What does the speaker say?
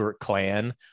clan